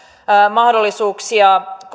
mahdollisuuksia